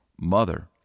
mother